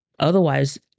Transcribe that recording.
Otherwise